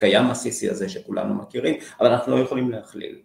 קיים הסיסי הזה שכולנו מכירים, אבל אנחנו לא יכולים להכליל.